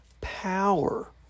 power